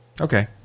Okay